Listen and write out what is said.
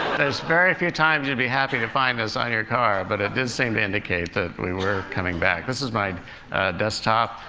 there's very few times you'd be happy to find this on your car, but it did seem to indicate that we were coming back. this is my desktop.